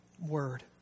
word